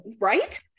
Right